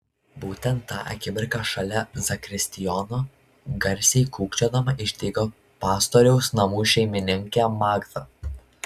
būtent tą akimirką šalia zakristijono garsiai kūkčiodama išdygo pastoriaus namų šeimininkė magda